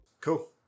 Cool